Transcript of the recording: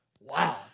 wow